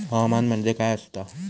हवामान म्हणजे काय असता?